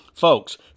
Folks